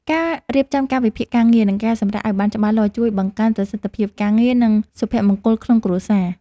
ការរៀបចំកាលវិភាគការងារ និងការសម្រាកឱ្យបានច្បាស់លាស់ជួយបង្កើនប្រសិទ្ធភាពការងារ និងសុភមង្គលក្នុងគ្រួសារ។